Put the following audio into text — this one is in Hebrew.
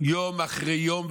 ויום אחרי יום,